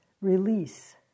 release